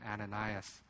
Ananias